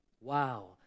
Wow